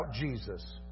Jesus